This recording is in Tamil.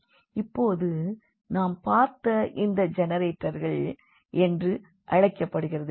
இப்போது நாம் பார்த்த இவை ஜெனரேட்டர்கள் என்று அழைக்கப்படுகிறது